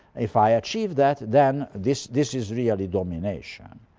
if i achieve that, then this this is really domination.